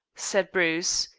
said bruce,